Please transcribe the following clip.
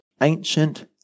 ancient